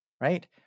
right